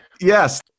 Yes